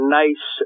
nice